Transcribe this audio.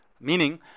meaning